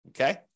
okay